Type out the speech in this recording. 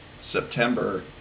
September